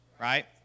Right